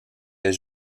est